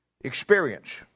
Experience